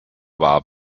war